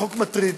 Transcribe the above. לחוק מטריד,